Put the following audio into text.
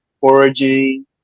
foraging